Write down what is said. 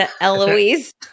Eloise